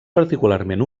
particularment